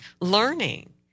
learning